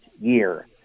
year